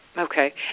Okay